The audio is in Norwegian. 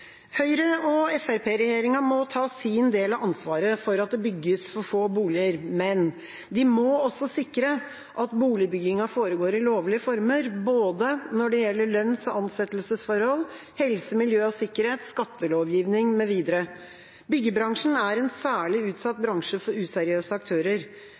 og Fremskrittsparti-regjeringen må ta sin del av ansvaret for at det bygges for få boliger. Men de må også sikre at boligbyggingen foregår i lovlige former, både når det gjelder lønns- og ansettelsesforhold, helse, miljø og sikkerhet, skattelovgivning mv. Byggebransjen er en særlig utsatt bransje for useriøse aktører.